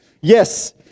Yes